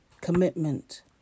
commitment